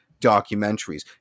documentaries